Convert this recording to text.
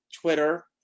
Twitter